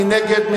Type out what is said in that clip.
מי נגד?